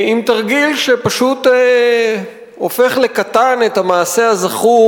עם תרגיל שפשוט הופך לקטן את המעשה הזכור